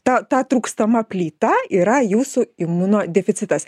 ta ta trūkstama plyta yra jūsų imunodeficitas